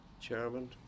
chairman